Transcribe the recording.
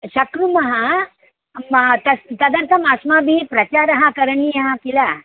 शक्नुमः तद् तदर्थम् अस्माभिः प्रचारः करणीयः किल